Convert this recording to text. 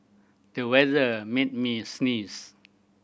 the weather made me sneeze